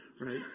right